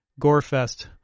Gorefest